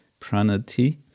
pranati